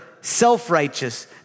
self-righteous